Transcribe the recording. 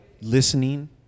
Listening